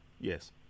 Yes